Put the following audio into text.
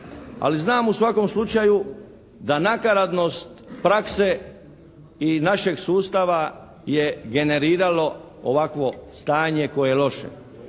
Ali znam u svakom slučaju da nakaradnost prakse i našeg sustava je generiralo ovakvo stanje koje je loše.